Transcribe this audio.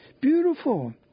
Beautiful